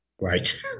Right